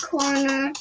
Corner